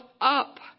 up